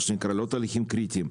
מה שנקרא לא תהליכים קריטיים,